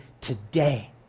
today